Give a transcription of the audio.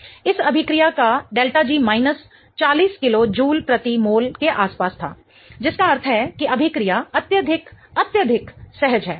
इस अभिक्रिया का ΔG माइनस 40 किलो जूल प्रति मोल के आसपास था जिसका अर्थ है कि अभिक्रिया अत्यधिक अत्यधिक सहज है